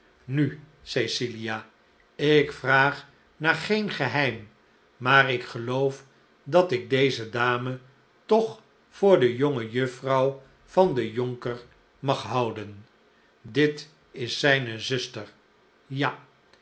nu cecilia ik vraag naar geen geheim maar ik geloof dat ik deze dame toch voor de jongejuffrouw van den jonker mag houden dit is zijne zuster ja